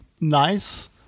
nice